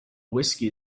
whiskey